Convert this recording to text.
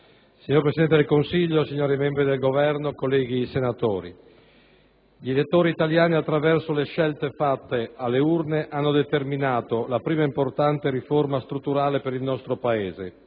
signor Presidente del Consiglio, signori membri del Governo, colleghi senatori, gli elettori italiani, attraverso le scelte fatte alle urne, hanno determinato la prima importante riforma strutturale per il nostro Paese,